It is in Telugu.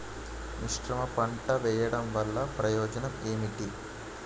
మిశ్రమ పంట వెయ్యడం వల్ల ప్రయోజనం ఏమిటి?